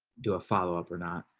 do a follow up or not.